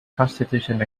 constitution